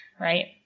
right